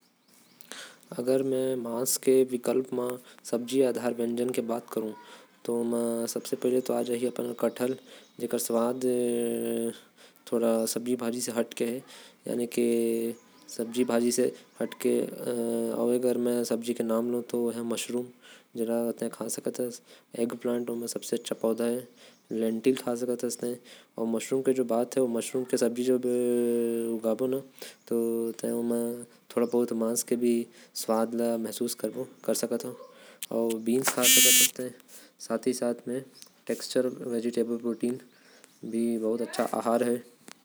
मांस के जगह अगर मोके कोई सब्जी के बात करना होही। जेके मांस के जगह खाना चाही ओ हो सकत है। कटहल मशरुम अउ बीन्स ए सब मे तै। मांस के स्वाद थोड़ा सा महसूस कर सकत ह।